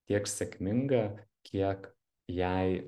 tiek sėkminga kiek jai